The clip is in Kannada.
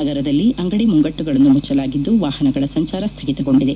ನಗರದಲ್ಲಿ ಅಂಗಡಿ ಮುಂಗಟ್ಟುಗಳನ್ನು ಮುಚ್ವಲಾಗಿದ್ದು ವಾಹನಗಳ ಸಂಚಾರ ಸ್ವಗಿತಗೊಂಡಿದೆ